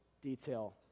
detail